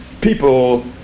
People